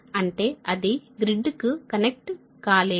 అంటే అది గ్రిడ్కు కనెక్ట్ కాలేదు